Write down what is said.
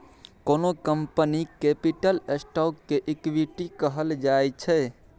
कोनो कंपनीक capital stock केँ इक्विटी कहल जाइ छै